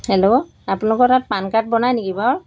hello আপোনালোকৰ তাত PAN card বনাই নেকি বাৰু